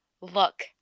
look